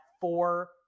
four